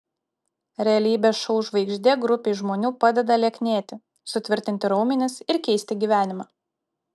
realybės šou žvaigždė grupei žmonių padeda lieknėti sutvirtinti raumenis ir keisti gyvenimą